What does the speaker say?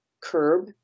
curb